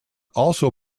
also